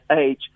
age